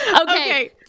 Okay